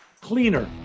cleaner